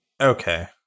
Okay